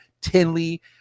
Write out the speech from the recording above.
Tinley